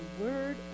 word